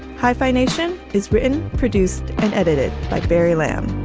hyphenation is written, produced and edited by barry lamb,